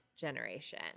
generation